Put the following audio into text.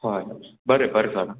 हय बरें बरें सायब